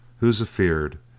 who's afeered?